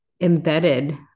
embedded